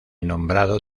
nombrado